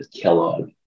Kellogg